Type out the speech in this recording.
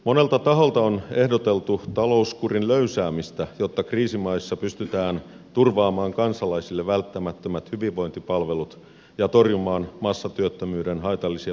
monelta taholta on ehdoteltu talouskurin löysäämistä jotta kriisimaissa pystytään turvaamaan kansalaisille välttämättömät hyvinvointipalvelut ja torjumaan massatyöttömyyden haitallisia vaikutuksia